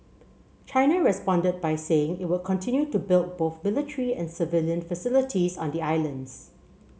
China responded by saying it would continue to build both military and civilian facilities on the islands